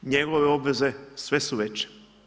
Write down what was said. Njegove obveze sve su veće.